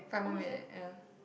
five more minute yeah